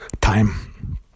time